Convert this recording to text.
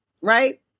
right